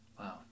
Wow